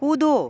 कूदो